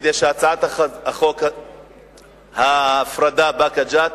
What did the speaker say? כדי שהצעת החוק להפרדה של באקה ג'ת